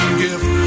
gift